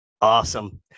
Awesome